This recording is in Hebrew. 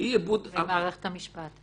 על מערכת המשפט.